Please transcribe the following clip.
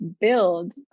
build